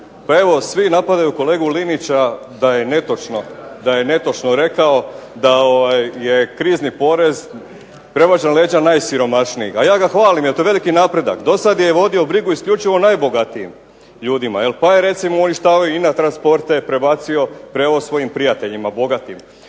Pa evo svi napadaju kolegu Linića da je netočno rekao da je krizni porez prebačen na leđa najsiromašnijih, a ja ga hvalim jer je to veliki napredak. Dosad je vodio brigu isključivo o najbogatijim ljudima. Pa je recimo … /Govornik se ne razumije./… svojim prijateljima bogatima.